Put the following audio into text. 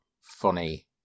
funny